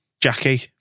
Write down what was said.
Jackie